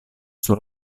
suo